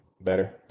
Better